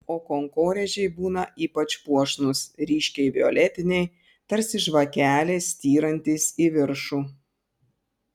o kankorėžiai būna ypač puošnūs ryškiai violetiniai tarsi žvakelės styrantys į viršų